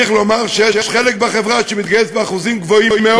צריך לומר שיש חלק בחברה שמתגייס באחוזים גבוהים מאוד,